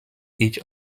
each